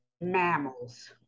mammals